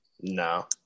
No